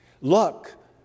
Look